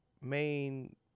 main